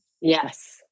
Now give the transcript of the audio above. Yes